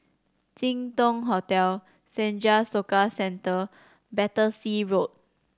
Jin Dong Hotel Senja Soka Centre Battersea Road